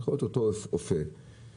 יכול להיות אותו אופה שאופה.